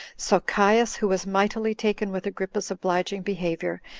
so caius, who was mightily taken with agrippa's obliging behavior,